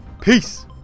peace